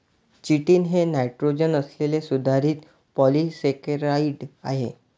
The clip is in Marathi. चिटिन हे नायट्रोजन असलेले सुधारित पॉलिसेकेराइड आहे